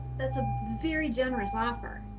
that's a very generous offer.